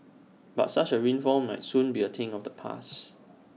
but such A windfall might soon be A thing of the past